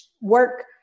work